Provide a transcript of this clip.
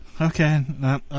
okay